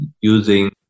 using